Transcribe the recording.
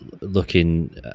looking